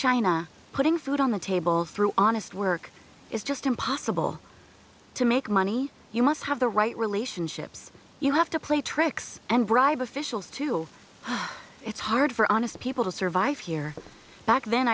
china putting food on the tables through honest work is just impossible to make money you must have the right relationships you have to play tricks and bribe officials to it's hard for honest people to survive here back then